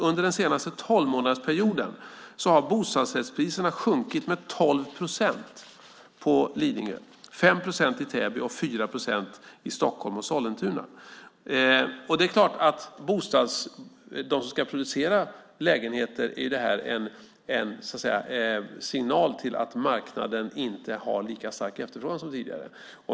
Under den senaste tolvmånadersperioden har bostadsrättspriserna sjunkit med 12 procent i Lidingö, med 5 procent i Täby och med 4 procent i Stockholm och Sollentuna. Det är klart att det är en signal till dem som ska producera lägenheter att efterfrågan på marknaden inte är lika stark som tidigare.